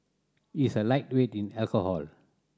he is a lightweight in alcohol